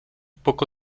poco